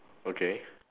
okay